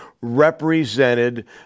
represented